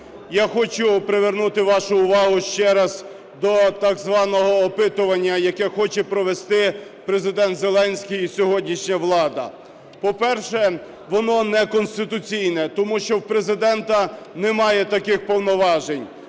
Я хочу привернути вашу увагу ще раз до так званого опитування, яке хоче провести Президент Зеленський і сьогоднішня влада. По-перше, воно неконституційне, тому що у Президента немає таких повноважень.